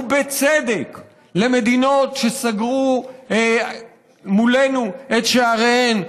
ובצדק למדינות שסגרו את שעריהן,